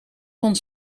van